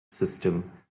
system